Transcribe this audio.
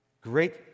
Great